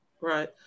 Right